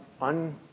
un-